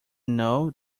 know